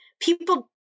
people